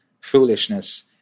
foolishness